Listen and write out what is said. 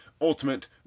ultimate